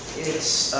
it's